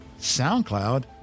SoundCloud